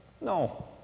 No